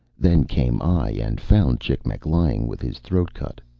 then came i, and found chicmec lying with his throat cut.